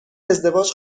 ازدواج